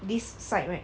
this side right